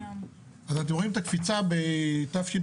אתם רואים את הקפיצה בתשפ"א.